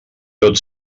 tot